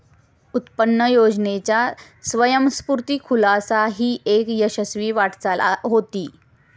उत्पन्न योजनेचा स्वयंस्फूर्त खुलासा ही एक यशस्वी वाटचाल होती